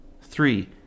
Three